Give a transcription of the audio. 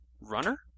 Runner